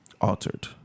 altered